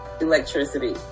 electricity